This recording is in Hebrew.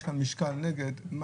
יש כאן משקל נגד.